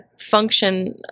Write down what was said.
function